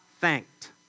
thanked